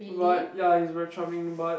but ya he's very charming but